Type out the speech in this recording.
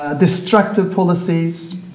ah destructive policies.